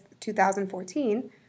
2014